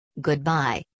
Goodbye